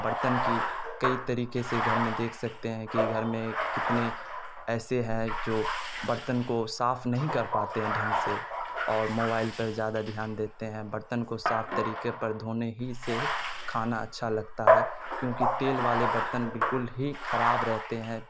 برتن کی کئی طریقے سے گھر میں دیکھ سکتے ہیں کہ گھر میں کتنے ایسے ہیں جو برتن کو صاف نہیں کر پاتے ہیں ڈھنگ سے اور موبائل پر زیادہ دھیان دیتے ہیں برتن کو صاف طریقے پر دھونے ہی سے کھانا اچھا لگتا ہے کیونکہ تیل والے برتن بالکل ہی خراب رہتے ہیں